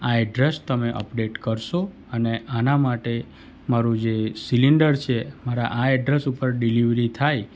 આ એડ્રેસ તમે અપડેટ કરશો અને આના માટે મારું જે સિલિન્ડર છે મારા આ એડ્રેસ ઉપર ડિલેવરી થાય